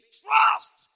trust